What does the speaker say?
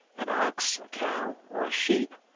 an ox, a cow, or a sheep,